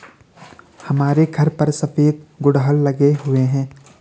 हमारे घर पर सफेद गुड़हल लगे हुए हैं